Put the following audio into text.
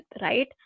right